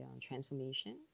transformation